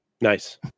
nice